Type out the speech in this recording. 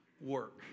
work